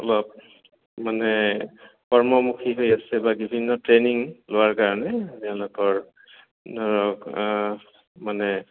অলপ মানে কৰ্মমুখী হৈ আছে বা বিভিন্ন ট্ৰেইনিং লোৱাৰ কাৰণে তেওঁলোকৰ ধৰক মানে